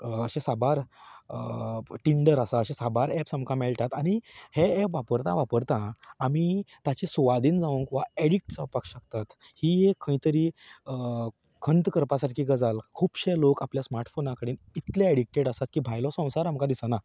अशे साबार टिंडर आसात अशे साबार ऍप्स आमकां मेळटात आनी हें हे वापरता वापरता आमीं तांचे सुवादीन जावंक वा एडीक्ट जावपाक शकतात ही एक खंय तरी खंत करपा सारकी गजाल खुबशे लोक आपल्या स्मार्ट फोना कडेन इतले एडिक्टेड आसात की भायलो संवसार आमकां दिसना